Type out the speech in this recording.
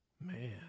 Man